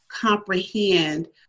comprehend